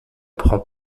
prend